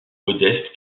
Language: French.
modeste